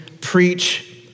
preach